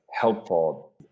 helpful